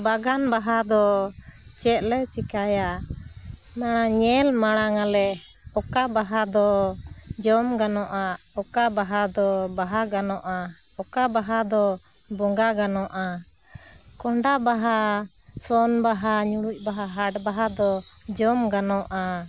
ᱵᱟᱜᱟᱱ ᱵᱟᱦᱟ ᱫᱚ ᱪᱮᱫ ᱞᱮ ᱪᱮᱠᱟᱭᱟ ᱢᱟᱲᱟᱝ ᱧᱮᱞ ᱢᱟᱲᱟᱝᱟᱞᱮ ᱚᱠᱟ ᱵᱟᱦᱟ ᱫᱚ ᱡᱚᱢ ᱜᱟᱱᱚᱜᱼᱟ ᱚᱠᱟ ᱵᱟᱦᱟ ᱫᱚ ᱵᱟᱦᱟ ᱜᱟᱱᱚᱜᱼᱟ ᱚᱠᱟ ᱵᱟᱦᱟ ᱫᱚ ᱵᱚᱸᱜᱟ ᱜᱟᱱᱚᱜᱼᱟ ᱠᱚᱸᱰᱟ ᱵᱟᱦᱟ ᱥᱚᱱ ᱵᱟᱦᱟ ᱧᱩᱲᱩᱡ ᱵᱟᱦᱟ ᱦᱟᱴ ᱵᱟᱦᱟ ᱫᱚ ᱡᱚᱢ ᱜᱟᱱᱚᱜᱼᱟ